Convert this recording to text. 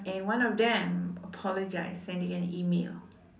and one of them apologized sent in an email